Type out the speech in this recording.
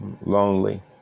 lonely